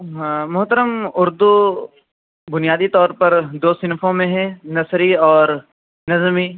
آں محترم اردو بنیادی طور پر دو صنفوں میں ہے نثری اور نظمی